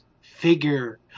figure